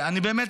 באמת,